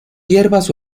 hierbas